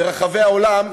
ברחבי העולם,